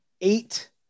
eight